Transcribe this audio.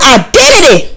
identity